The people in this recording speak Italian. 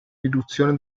riduzione